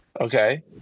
Okay